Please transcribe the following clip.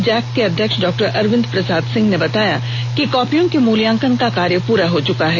Jack के अध्यक्ष डा अरविन्द प्रसाद सिंह ने बताया कि कॉपियों के मुल्यांकन का कार्य पूरा हो चुका है